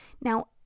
Now